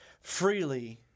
freely